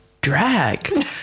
drag